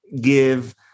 give